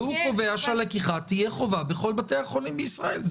והוא קובע שהלקיחה תהיה חובה בכל בתי החולים בישראל.